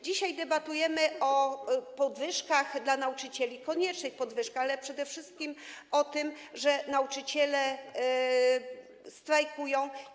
Dzisiaj debatujemy o podwyżkach dla nauczycieli, koniecznych podwyżkach, ale przede wszystkim o tym, że nauczyciele strajkują.